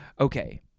Okay